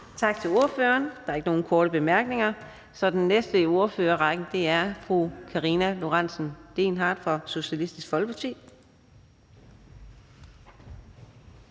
Tak til ordføreren. Der er ikke nogen korte bemærkninger, så den næste i ordførerrækken er fru Karina Lorentzen Dehnhardt fra Socialistisk Folkeparti.